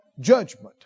judgment